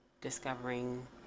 discovering